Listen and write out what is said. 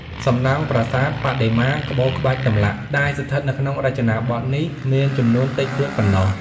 សំណង់ប្រាសាទ បដិមា ក្បូរក្បាច់ចម្លាក់ ដែលស្ថិតនៅក្នុងរចនាបថនេះ មានចំនួនតិចតួចប៉ុណ្ណោះ។